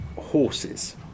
horses